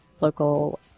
local